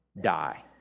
die